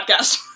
podcast